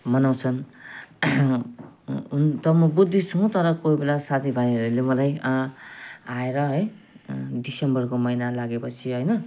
मनाउँछन् तर म बुद्धिस्ट हुँ तर कोही बेला साथीभाइहरूले मलाई आएर है दिसम्बरको महिना लागेपछि होइन